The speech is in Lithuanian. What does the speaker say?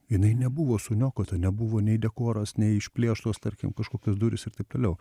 jinai nebuvo suniokota nebuvo nei dekoras nei išplėštos tarkim kažkokios durys ir taip toliau